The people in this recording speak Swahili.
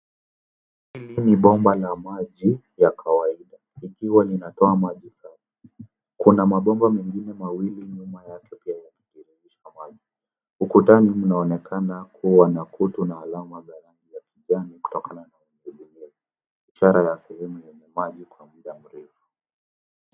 Hili ni bomba la maji ya kawaida likiwa linatoa maji safi. Kuna mabomba mengine mawili nyuma yake pia yakitiririsha maji. Ukutani inaonekana kuwa na kutu na alama za rangi ya kijani kutokea chini ya mifereji hiyo ishara ya sehemu yenye maji kwa muda mrefu.